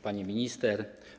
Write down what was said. Pani Minister!